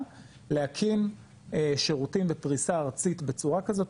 להקים שירותים בפריסה ארצית בצורה כזאת,